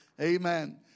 Amen